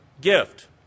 gift